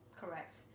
Correct